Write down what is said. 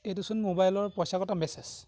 এইটোচোন মোবাইলৰ পইচা কটা মেছেজ